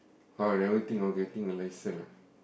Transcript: oh I never think of getting a license lah